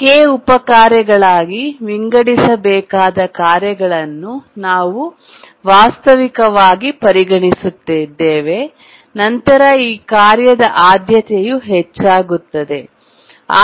K ಉಪ ಕಾರ್ಯಗಳಾಗಿ ವಿಂಗಡಿಸಬೇಕಾದ ಕಾರ್ಯಗಳನ್ನು ನಾವು ವಾಸ್ತವಿಕವಾಗಿ ಪರಿಗಣಿಸುತ್ತಿದ್ದೇವೆ ನಂತರ ಈ ಕಾರ್ಯದ ಆದ್ಯತೆಯು ಹೆಚ್ಚಾಗುತ್ತದೆ